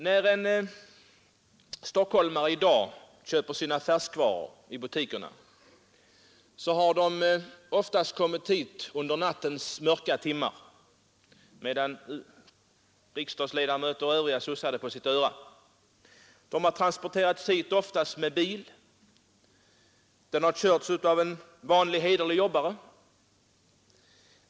När en stockholmare i dag köper sina färskvaror i butikerna, har dessa oftast kommit hit under nattens mörka timmar, medan riksdagsledamöter och andra sussat på sitt öra. Varorna har oftast transporterats hit med bil, som körts av en vanlig hederlig jobbare.